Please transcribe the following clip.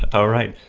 all right,